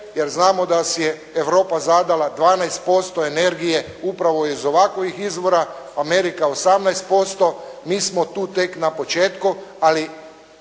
jer znamo da si je Europa zadala 12% energije upravo iz ovakvih izvora, Amerika 18%, mi smo tu tek na početku, ali